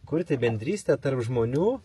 kuri tai bendrystė tarp žmonių